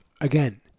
again